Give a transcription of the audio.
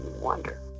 wonder